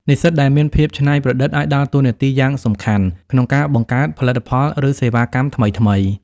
និស្សិតដែលមានភាពច្នៃប្រឌិតអាចដើរតួនាទីយ៉ាងសំខាន់ក្នុងការបង្កើត ផលិតផល ឬសេវាកម្មថ្មីៗ។